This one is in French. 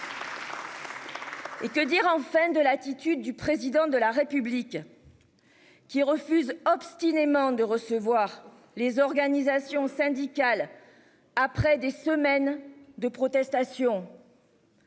Et que dire enfin de l'attitude du président de la République. Qui refuse obstinément de recevoir les organisations syndicales. Après des semaines de protestation.